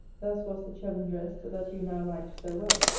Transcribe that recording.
thus was the cheven dressed that you now liked so well,